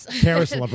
Paris